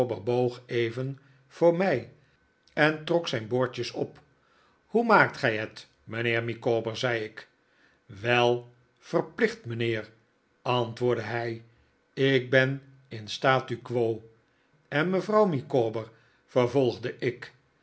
even voor mij en trok zijn boordjes op hoe maakt gij het mijnheer micawber zei ik wel verplicht mijnheer antwoordde hij ik ben in statu quo en mevrouw micawber vervolgde ik